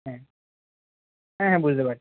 হ্যাঁ হ্যাঁ হ্যাঁ বুঝতে পারছি